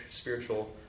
spiritual